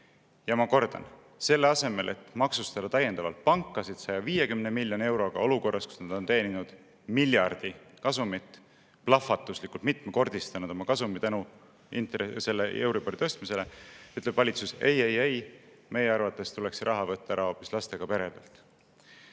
Ja ma kordan: selle asemel, et maksustada täiendavalt pankasid 150 miljoni euroga olukorras, kus nad on teeninud miljard eurot kasumit ja plahvatuslikult mitmekordistanud oma kasumi tänu euribori tõstmisele, ütleb valitsus: "Ei, ei, ei, meie arvates tuleks see raha võtta ära hoopis lastega peredelt."